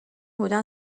حدودا